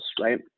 right